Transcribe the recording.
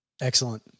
Excellent